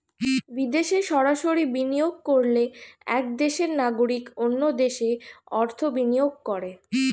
বিদেশে সরাসরি বিনিয়োগ করলে এক দেশের নাগরিক অন্য দেশে অর্থ বিনিয়োগ করে